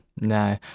no